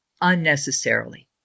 unnecessarily